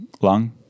lung